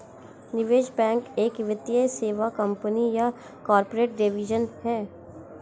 निवेश बैंक एक वित्तीय सेवा कंपनी या कॉर्पोरेट डिवीजन है